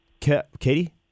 Katie